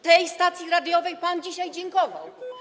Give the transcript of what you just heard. Tej stacji radiowej pan dzisiaj dziękował.